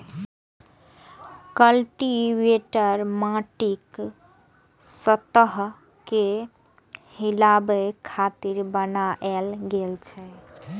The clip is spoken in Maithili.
कल्टीवेटर माटिक सतह कें हिलाबै खातिर बनाएल गेल छै